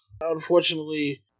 Unfortunately